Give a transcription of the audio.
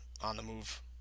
on-the-move